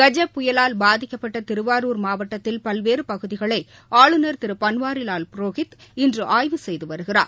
கஜ புயலால் பாதிக்கப்பட்டதிருவாரூர் மாவட்டத்தில் பல்வேறுபகுதிகளைஆளுநர் திருபன்வாரிலால் புரோஹித் இன்றுஆய்வு செய்துவருகிறார்